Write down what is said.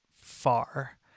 far